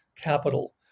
capital